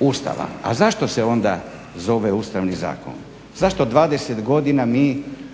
Ustava. A zašto se onda zove Ustavni zakon? Zašto 20 godina mi